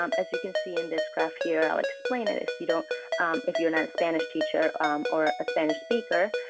um as you can see in this graph here, i'll explain it if you don't if you're not a spanish teacher or a spanish speaker.